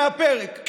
מהפרק,